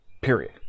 Period